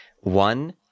One